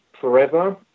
forever